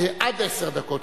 עד עשר דקות,